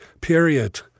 period